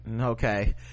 okay